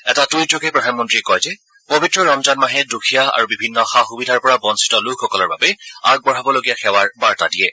এটা টুইটযোগে প্ৰধানমন্ত্ৰীয়ে কয় যে পবিত্ৰ ৰমজান মাহে দুখীয়া আৰু বিভিন্ন সা সুবিধাৰ পৰা বঞ্চিত লোকসকলৰ বাবে আগবঢ়াবলগীয়া সেৱাৰ বাৰ্তা দিয়ে